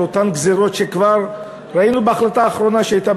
על אותן גזירות שכבר ראינו בהחלטה האחרונה שהייתה,